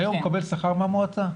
שהיום מקבל שכר מהמועצה.